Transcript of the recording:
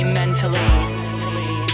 mentally